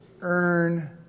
earn